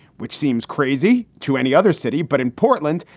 which seems crazy to any other city. but in portland,